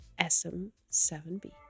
SM7B